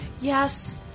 Yes